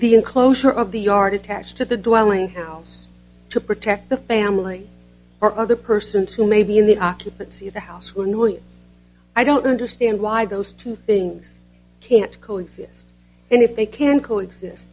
the enclosure of the yard attached to the dwelling house to protect the family or other persons who may be in the occupancy of the house who are newly i don't understand why those two things can't co exist and if they can co exist